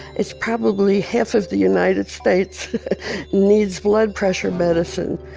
it's probably half of the united states needs blood pressure medicine.